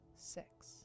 six